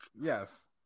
Yes